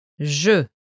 Je